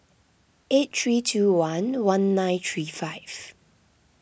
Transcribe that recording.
eight three two one one nine three five